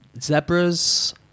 zebras